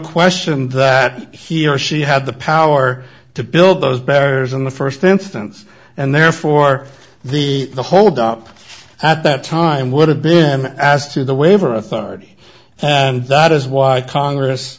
question that he or she had the power to build those barriers in the first instance and therefore the hold up at that time would have been asked to the waiver authority and that is why congress